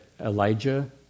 Elijah